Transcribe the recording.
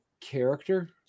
character